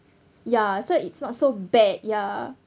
ya so it's not so bad ya